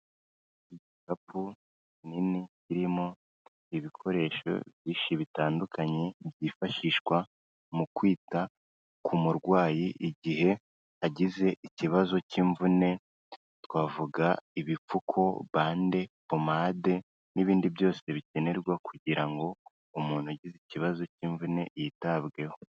Igikapu kinini kirimo ibikoresho byinshi bitandukanye byifashishwa mu kwita ku murwayi igihe agize ikibazo cy'imvune, twavuga ibipfuko, bande, pomade n'ibindi byose bikenerwa kugira ngo umuntu agize ikibazo cy'imvune yitabweho.